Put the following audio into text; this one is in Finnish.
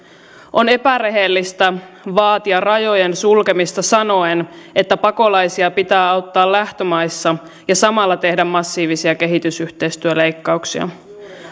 on epärehellistä vaatia rajojen sulkemista sanoen että pakolaisia pitää auttaa lähtömaissa ja samalla tehdä massiivisia kehitysyhteistyöleikkauksia